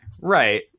Right